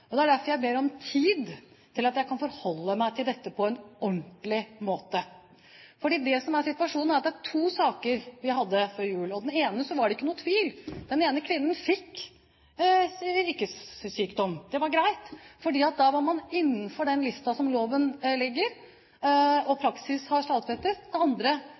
til. Det er derfor jeg må be om tid til å kunne forholde meg til dette på en ordentlig måte. Det som er situasjonen, er at det er to saker vi hadde før jul, og i den ene var det ingen tvil. Den ene kvinnen fikk yrkessykdom. Det var greit, for da var man innenfor den lista som loven legger, og som praksis har stadfestet. Den andre